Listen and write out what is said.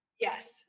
Yes